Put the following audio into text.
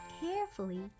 carefully